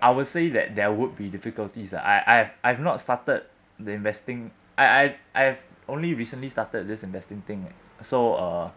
I would say that there would be difficulties lah I I've I've not started the investing I I've I've only recently started this investment thing so uh